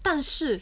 但是